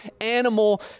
animal